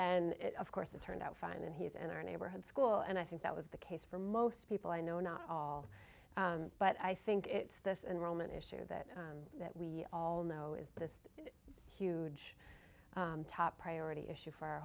then of course it turned out fine and he's in our neighborhood school and i think that was the case for most people i know not all but i think it's this enrollment issue that we all know is this huge top priority issue for our